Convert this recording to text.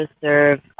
serve